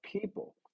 people